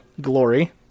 glory